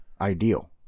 ideal